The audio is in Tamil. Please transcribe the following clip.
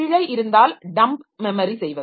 பிழை இருந்தால் டம்ப் மெமரி செய்வது